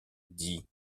dit